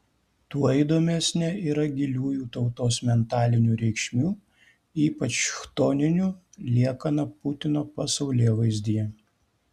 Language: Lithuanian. tuo įdomesnė yra giliųjų tautos mentalinių reikšmių ypač chtoninių liekana putino pasaulėvaizdyje